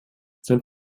sind